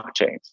blockchains